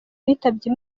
bitabye